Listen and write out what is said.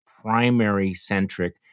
primary-centric